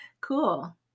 Cool